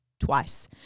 Twice